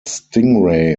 stingray